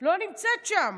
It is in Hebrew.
לא נמצאת שם.